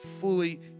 fully